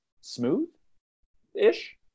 smooth-ish